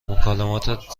مکالمات